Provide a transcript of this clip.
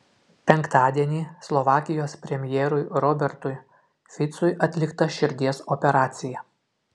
penktadienį slovakijos premjerui robertui ficui atlikta širdies operacija